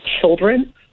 children